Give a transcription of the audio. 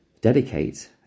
dedicate